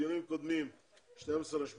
הדיונים הקודמים ב-12.8.20,